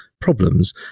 problems